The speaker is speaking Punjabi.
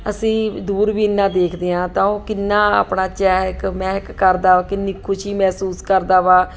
ਅਸੀਂ ਦੂਰਬੀਨ ਨਾਲ ਦੇਖਦੇ ਹਾਂ ਤਾਂ ਉਹ ਕਿੰਨਾ ਆਪਣਾ ਚਹਿਕ ਮਹਿਕ ਕਰਦਾ ਕਿੰਨੀ ਖੁਸ਼ੀ ਮਹਿਸੂਸ ਕਰਦਾ ਵਾ